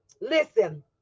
Listen